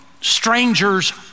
stranger's